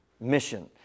mission